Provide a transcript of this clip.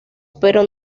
pero